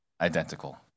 identical